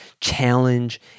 challenge